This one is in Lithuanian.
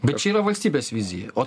bet čia yra valstybės vizija o